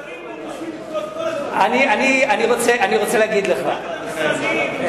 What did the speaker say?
כל הזמן, רק למשרדים.